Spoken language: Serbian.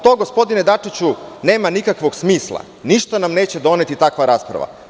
To, gospodine Dačiću, nema nikakvog smisla, ništa nam neće doneti takva rasprava.